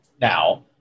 now